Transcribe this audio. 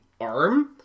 arm